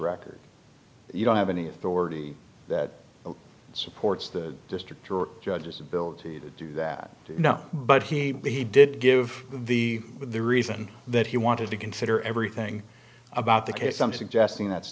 record you don't have any authority that supports the district or judges ability to do that no but he he did give the the reason that he wanted to consider everything about the case some suggesting that